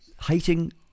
Hating